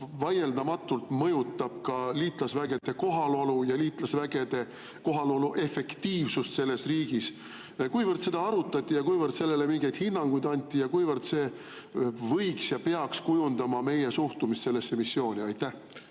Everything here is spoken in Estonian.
vaieldamatult mõjutab ka liitlasvägede kohalolu ja liitlasvägede kohalolu efektiivsust selles riigis? Kui palju seda arutati ja kui palju sellele mingeid hinnanguid anti ja kui palju see võiks kujundada ja peaks kujundama meie suhtumist sellesse missiooni? Aitäh!